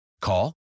Call